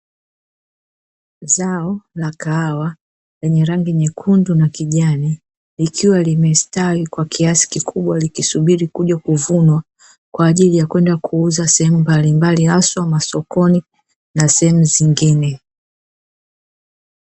Zao la kahawa lenye rangi nyekundu na kijani, likiwa limestawi kwa kiasi kikubwa likisubiri kuja kuvunwa kwa ajili ya kwenda kuuza sehemu mbalimbali haswa masokoni na sehemu zingine.